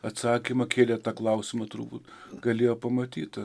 atsakymą kėlė tą klausimą turbūt galėjo pamatyt